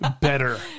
better